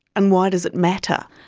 and why does it matter?